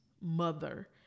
mother